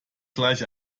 gleich